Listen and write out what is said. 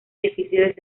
difíciles